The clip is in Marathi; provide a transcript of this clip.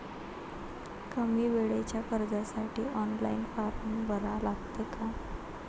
कमी वेळेच्या कर्जासाठी ऑनलाईन फारम भरा लागते का?